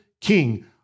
king